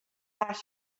gas